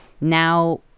now